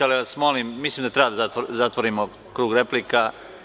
Molim vas, mislim da treba da zatvorimo krug replika.